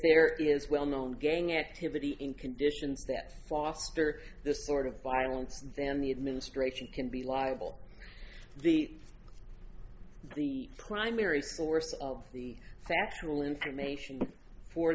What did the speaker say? there is well known gang activity in conditions that foster this sort of violence then the administration can be liable to the the primary source of the factual information for